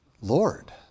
Lord